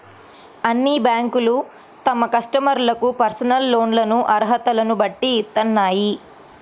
అన్ని బ్యేంకులూ తమ కస్టమర్లకు పర్సనల్ లోన్లను అర్హతలను బట్టి ఇత్తన్నాయి